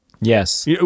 Yes